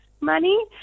money